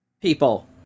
people